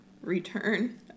return